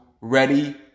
ready